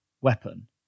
weapon